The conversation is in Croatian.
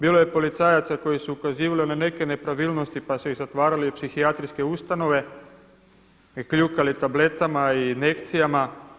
Bilo je policajaca koji su ukazivali na neke nepravilnosti pa su ih zatvarali u psihijatrijske ustanove i kljukali tableta i injekcijama.